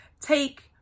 take